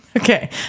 Okay